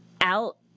out